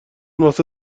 واسه